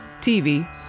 TV